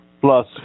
Plus